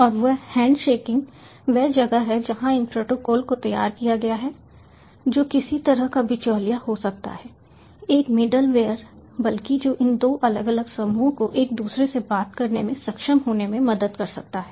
और वह हैंडशेकिंग वह जगह है जहां इन प्रोटोकॉल को तैयार किया गया है जो किसी तरह का बिचौलिया हो सकता है एक मिडलवेयर बल्कि जो इन दो अलग अलग समूहों को एक दूसरे से बात करने में सक्षम होने में मदद कर सकता है